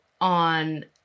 on